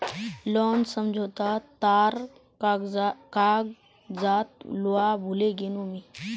loan समझोता तार कागजात लूवा भूल ले गेनु मि